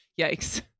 Yikes